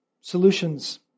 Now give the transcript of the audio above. solutions